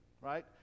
Right